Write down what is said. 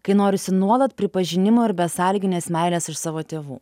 kai norisi nuolat pripažinimo ir besąlyginės meilės iš savo tėvų